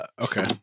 Okay